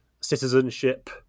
citizenship